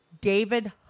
David